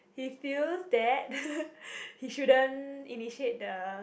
he feels that he shouldn't initiate the